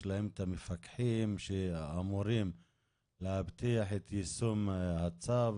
יש להם את המפקחים שאמורים להבטיח את יישום הצו.